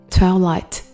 Twilight